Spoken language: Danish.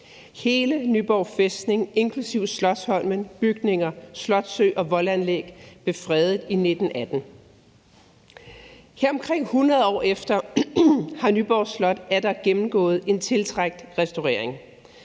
Hele Nyborg Fæstning inklusive slotsholm, bygninger, slotssø og voldanlæg blev fredet i 1918. Her omkring 100 år efter har Nyborg Slot gennemgået en tiltrængt restaurering,